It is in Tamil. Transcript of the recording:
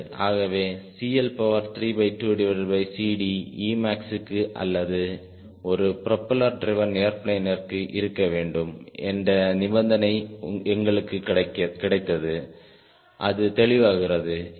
ஆகவே CL32CD Emax க்கு அல்லது ஒரு ப்ரொபெல்லர் ட்ரிவேன் ஏர்பிளேனிற்கு மேக்ஸிமமாக இருக்க வேண்டும் என்ற நிபந்தனை எங்களுக்கு கிடைத்தது அது தெளிவாகிறது